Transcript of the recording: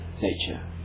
nature